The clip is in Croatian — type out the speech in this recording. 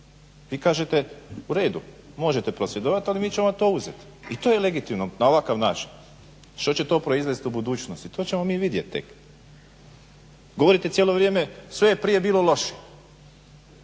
Vi kažete u redu, možete prosvjedovati ali mi ćemo vam to uzeti. I to je legitimno na ovakav način. Što će to proizvest u budućnosti? To ćemo mi vidjet tek. Govorite cijelo vrijeme sve je prije bilo loše.